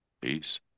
peace